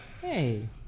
hey